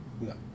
No